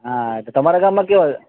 હા તો તમારા ગામમાં કેવા